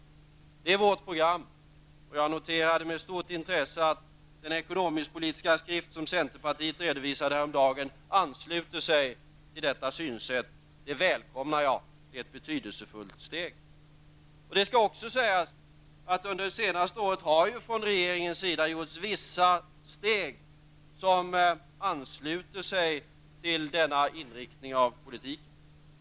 Detta är vårt program. Jag noterade med stort intresse att den ekonomisk-politiska skrift som centerpartiet redovisade häromdagen ansluter sig till detta synsätt. Det välkomnar jag. Det är ett betydelsefullt steg. Det skall också sägas att det under det senaste året från regeringens sida har tagits vissa steg som ansluter sig till denna inriktning av politiken.